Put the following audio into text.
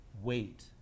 wait